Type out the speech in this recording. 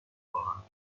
خواهم